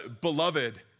Beloved